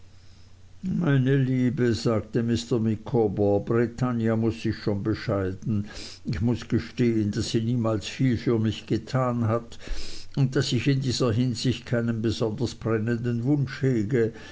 meine liebe sagte mr micawber britannia muß sich schon bescheiden ich muß gestehen daß sie niemals viel für mich getan hat und daß ich in dieser hinsicht keinen besonders brennenden wunsch hege